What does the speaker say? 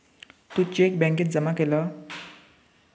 तू cheque बॅन्केत जमा केलं?